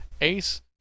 Ace